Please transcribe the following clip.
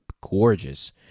gorgeous